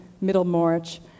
Middlemarch